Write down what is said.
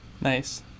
Nice